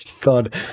God